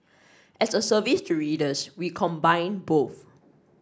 as a service to readers we combine both